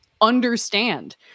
understand